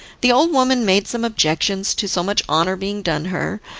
the old woman made some objections to so much honour being done her,